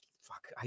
Fuck